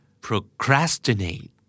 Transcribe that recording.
procrastinate